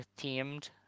themed